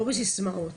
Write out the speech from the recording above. לא בסיסמאות.